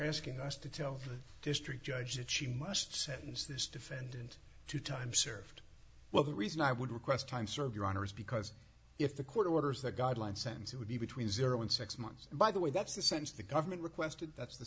asking us to tell the district judge that she must sentence this defendant to time served well the reason i would request time served your honor is because if the court orders that guideline sense it would be between zero and six months and by the way that's the sense the government requested that's the